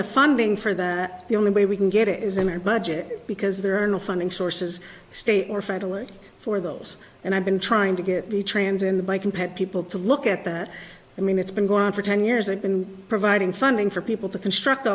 the funding for that the only way we can get it is a mere budget because there are no funding sources state or federal aid for those and i've been trying to get the trans in the buy compared people to look at that i mean it's been going on for ten years and been providing funding for people to construct